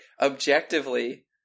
objectively